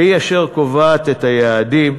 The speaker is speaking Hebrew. והיא אשר קובעת את היעדים.